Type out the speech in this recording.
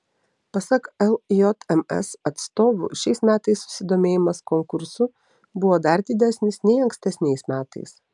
pasak ljms atstovų šiais metais susidomėjimas konkursu buvo dar didesnis nei ankstesniais metais